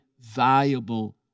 valuable